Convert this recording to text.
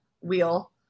wheel